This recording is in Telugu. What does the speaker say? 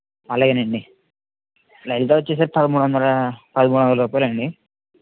అలాగే అండి లలిత వచ్చేసరికి పదమూడు వందల పదమూడు వందల రూపాయలు అండి